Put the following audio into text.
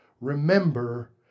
Remember